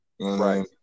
Right